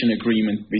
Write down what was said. agreement